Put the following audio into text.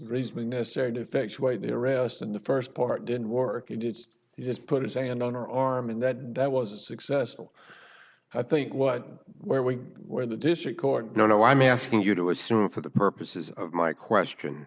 reasoning necessary to effectuate the arrest in the first part didn't work he did he just put his hand on our arm and that that was a successful i think what where we were the district court no no i'm asking you to assume for the purposes of my question